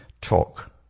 talk